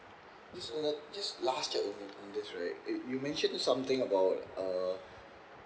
so just last check in this right you you mentioned something about uh